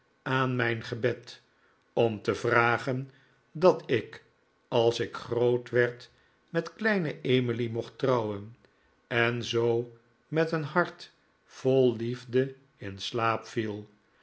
aan mijn gebed om te vragen dat ik als ik groot werd met kleine emily mocht trouwen en zoo met een hart vol liefde in slaap viel